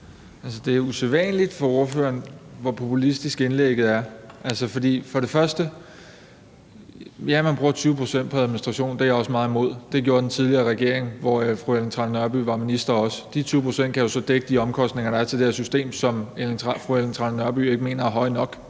det er usædvanligt for ordføreren, hvor populistisk indlægget er. For det første: Ja, man bruger 20 pct. på administration. Det er jeg også meget imod. Det gjorde den tidligere regering, hvor fru Ellen Trane Nørby var minister, også. De 20 pct. kan så dække de omkostninger, der er til det her system, som fru Ellen Trane Nørby ikke mener er høje nok.